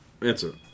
Answer